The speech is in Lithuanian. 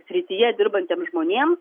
srityje dirbantiems žmonėm